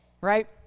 right